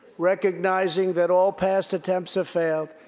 recognizing that all past attempts have failed,